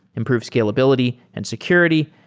improve scalability and security,